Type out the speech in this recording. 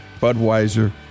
Budweiser